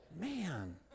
Man